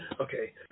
Okay